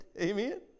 Amen